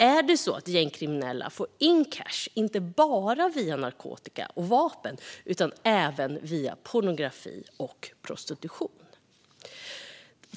Är det så att gängkriminaliteten får in cash inte bara via narkotika och vapen utan även via pornografi och prostitution?